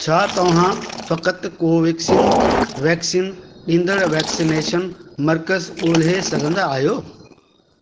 छा तव्हां फ़कतु कोवेक्सीन वैक्सीन ॾींदड़ु वैक्सनेशन मर्कज़ ॻोल्हे सघंदा आहियो